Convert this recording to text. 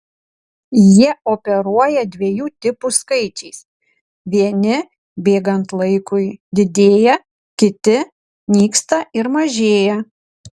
jie operuoja dviejų tipų skaičiais vieni bėgant laikui didėja kiti nyksta ir mažėja